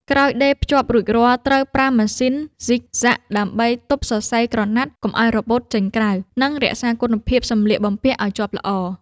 ក្រោយដេរភ្ជាប់រួចរាល់ត្រូវប្រើម៉ាស៊ីនហ្ស៊ីកហ្សាក់ ដើម្បីទប់សរសៃក្រណាត់កុំឱ្យរបូតចេញក្រៅ និង រក្សាគុណភាពសម្លៀកបំពាក់ឱ្យជាប់ល្អ។